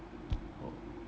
oh